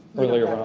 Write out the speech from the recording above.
earlier